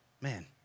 Man